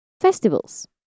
festivals